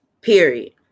Period